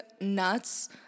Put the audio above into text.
nuts